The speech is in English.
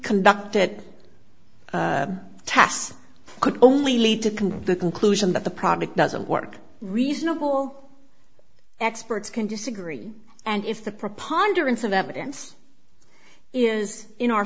conducted tests could only lead to can the conclusion that the product doesn't work reasonable experts can disagree and if the preponderance of evidence is in our